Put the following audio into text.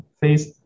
Face